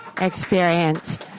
experience